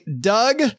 Doug